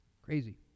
Crazy